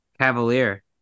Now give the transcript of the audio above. Cavalier